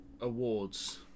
awards